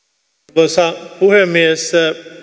arvoisa puhemies